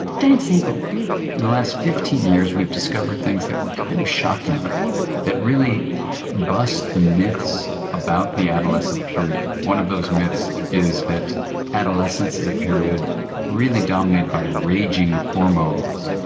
dan siegel in the last fifteen years we've discovered things that were kind of shocking that really bust the myths about the adolescent period. one of those myths is that adolescence is a period really dominated by raging hormones.